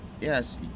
Yes